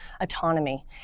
autonomy